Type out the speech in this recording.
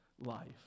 life